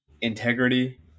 integrity